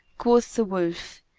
quoth the wolf,